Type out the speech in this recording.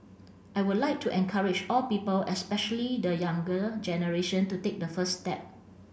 I would like to encourage all people especially the younger generation to take the first step